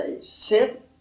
sit